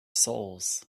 souls